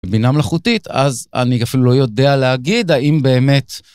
בינה מלאכותית, אז אני אפילו לא יודע להגיד האם באמת...